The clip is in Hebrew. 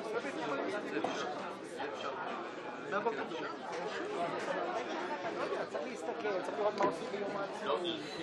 בפעם הראשונה בתולדות המדינה ראש ממשלה מכהן עם